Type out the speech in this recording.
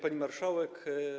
Pani Marszałek!